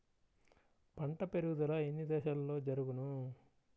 పంట పెరుగుదల ఎన్ని దశలలో జరుగును?